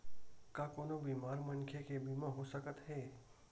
का कोनो बीमार मनखे के बीमा हो सकत हे?